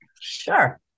sure